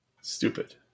Stupid